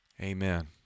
Amen